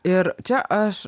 ir čia aš